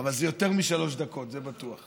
אבל זה יותר משלוש דקות, זה בטוח.